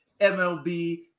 MLB